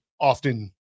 often